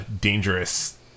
dangerous